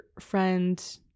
friend